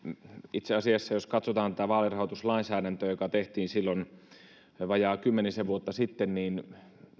itse asiassa jos katsotaan tätä vaalirahoituslainsäädäntöä joka tehtiin silloin vajaa kymmenisen vuotta sitten niin